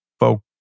Folk